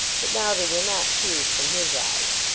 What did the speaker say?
but now they were not tears from his eyes.